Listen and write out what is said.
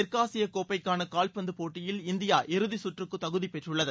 தெற்காசிய கோப்பைக்கான கால்பந்து போட்டியில் இந்தியா இறுதிச்சுற்றுக்கு தகுதி பெற்றுள்ளது